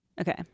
okay